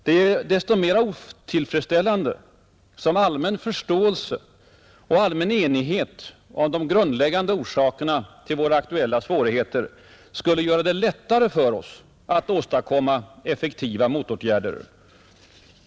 Det är desto mer otillfredsställande som allmän förståelse och allmän enighet om de grundläggande orsakerna till våra aktuella svårigheter skulle göra det lättare för oss att åstadkomma effektiva motåtgärder.